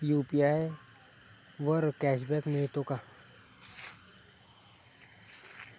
UPI वर cashback मिळतो का?